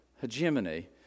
Hegemony